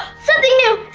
something new!